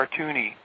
cartoony